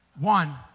one